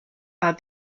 are